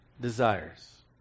desires